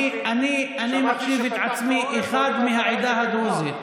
אני מחשיב את עצמי אחד מהעדה הדרוזית.